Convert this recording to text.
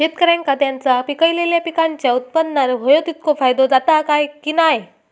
शेतकऱ्यांका त्यांचा पिकयलेल्या पीकांच्या उत्पन्नार होयो तितको फायदो जाता काय की नाय?